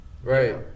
Right